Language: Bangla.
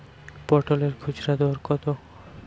পটলের খুচরা দর কত?